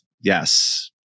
Yes